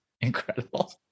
Incredible